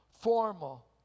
formal